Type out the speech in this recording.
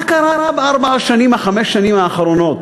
מה קרה בארבע-חמש השנים האחרונות?